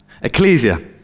Ecclesia